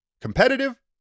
Competitive